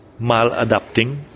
maladapting